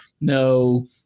no